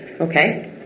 Okay